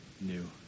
new